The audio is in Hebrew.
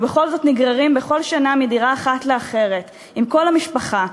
ובכל זאת נגררים בכל שנה מדירה אחת לאחרת עם כל המשפחה.